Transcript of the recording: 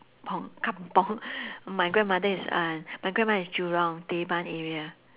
~pung kampung my grandmother is uh my grandmother is jurong teban area